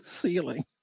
ceiling